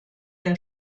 der